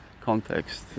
context